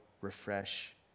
refresh